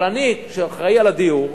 אבל אני, שאחראי לדיור,